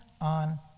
on